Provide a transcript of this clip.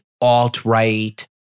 alt-right